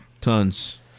Tons